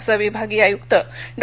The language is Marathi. असं विभागीय आयुक्त डॉ